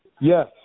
yes